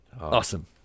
awesome